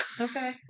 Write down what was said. Okay